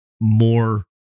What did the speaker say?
more